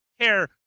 care